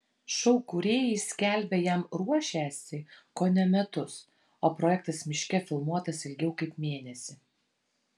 šou kūrėjai skelbia jam ruošęsi kone metus o projektas miške filmuotas ilgiau kaip mėnesį